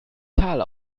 tal